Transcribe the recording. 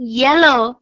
yellow